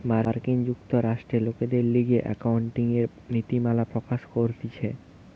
মার্কিন যুক্তরাষ্ট্রে লোকদের লিগে একাউন্টিংএর নীতিমালা প্রকাশ করতিছে